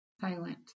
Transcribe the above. silent